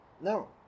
No